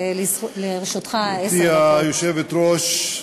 גברתי היושבת-ראש,